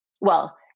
well-